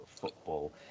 football